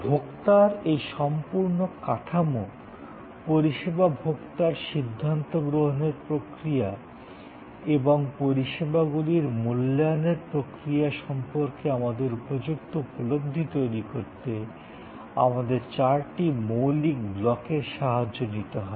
ভোক্তার এই সম্পূর্ণ কাঠামো পরিষেবা ভোক্তার সিদ্ধান্ত গ্রহণের প্রক্রিয়া এবং পরিষেবাগুলির মূল্যায়নের প্রক্রিয়া সম্পর্কে আমাদের উপযুক্ত উপলব্ধি তৈরি করতে আমাদের চারটি মৌলিক ব্লকের সাহায্য নিতে হবে